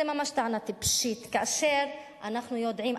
זו ממש טענה טיפשית כאשר אנחנו יודעים,